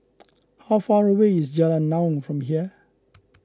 how far away is Jalan Naung from here